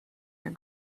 your